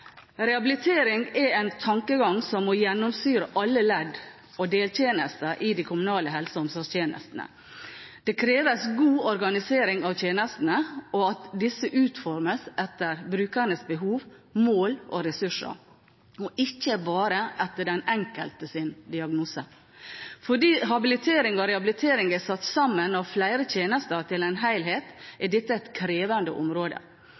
Rehabilitering er en tankegang som må gjennomsyre alle ledd og deltjenester i de kommunale helse- og omsorgstjenestene. Det kreves god organisering av tjenestene, og at disse utformes etter brukernes behov, mål og ressurser, og ikke bare etter den enkeltes diagnose. Fordi habilitering og rehabilitering er satt sammen av flere tjenester til en helhet, er dette et krevende område.